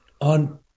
on